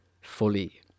fully